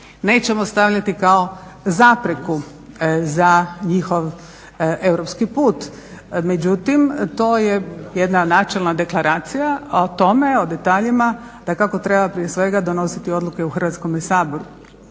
nećemo stavljati kao zapreku za njihov europski put. Međutim to je jedna načelna deklaracija o tome o detaljima dakako treba prije svega donositi odluke u Hrvatskome saboru